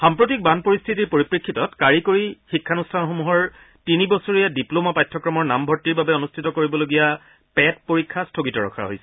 সাম্প্ৰতিক বান পৰিস্থিতিৰ পৰিপ্ৰেক্ষিতত কাৰিকৰী শিক্ষানুষ্ঠানসমূহৰ তিনি বছৰীয়া ডিপ্লমা পাঠ্যক্ৰমৰ নামভৰ্তিৰ বাবে অনুষ্ঠিত কৰিবলগীয়া পেট পৰীক্ষা স্থগিত ৰখা হৈছে